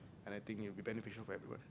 and I think it will be beneficial for everyone